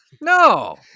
No